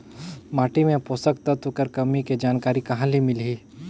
माटी मे पोषक तत्व कर कमी के जानकारी कहां ले मिलही?